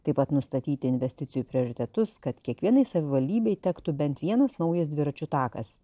taip pat nustatyti investicijų prioritetus kad kiekvienai savivaldybei tektų bent vienas naujas dviračių takas